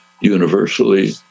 universally